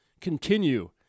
continue